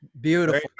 Beautiful